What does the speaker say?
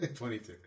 22